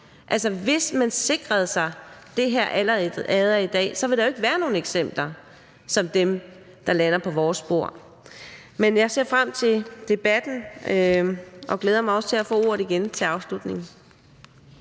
Altså, hvis man sikrede sig det her allerede i dag, ville der jo ikke være nogen eksempler som dem, der lander på vores bord. Men jeg ser frem til debatten og glæder mig også til at få ordet igen til afslutning.